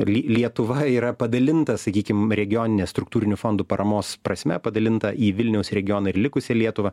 li lietuva yra padalinta sakykim regionine struktūrinių fondų paramos prasme padalinta į vilniaus regioną ir likusią lietuvą